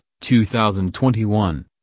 2021